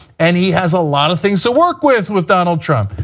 and he has a lot of things to work with with donald trump.